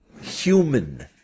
human